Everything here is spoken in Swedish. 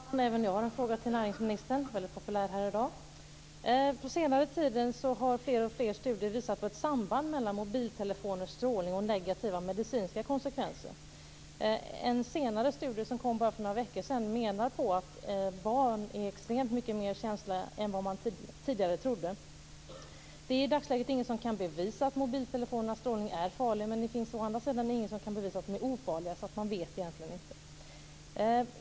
Herr talman! Även jag har en fråga till näringsministern, som är väldigt populär här i dag. På senare tid har fler och fler studier visat på ett samband mellan mobiltelefoners strålning och negativa medicinska konsekvenser. I en senare studie som kom för bara några veckor sedan menar man att barn är extremt mycket mer känsliga än vad man tidigare trodde. Det är i dagsläget ingen som kan bevisa att mobiltelefonernas strålning är farlig, men det finns å andra sidan ingen som kan bevisa att de är ofarliga, så man vet egentligen inte.